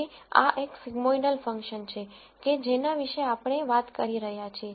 તેથી આ એક સિગ્મોઇડલ ફંક્શન છે કે જેના વિશે આપણે વાત કરી રહ્યા છીએ